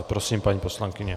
Prosím, paní poslankyně.